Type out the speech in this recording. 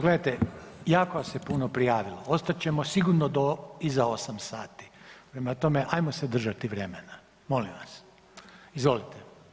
Gledajte, jako se puno prijavilo, ostat ćemo sigurno do iza 8 sati, prema tome, ajmo se držati vremena, molim vas, izvolite.